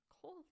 Cold